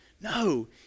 No